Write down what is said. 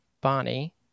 Bonnie